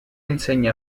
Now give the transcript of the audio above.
insegna